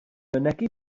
mynegi